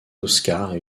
oscars